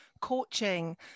coaching